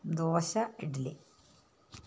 dosa idli